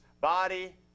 body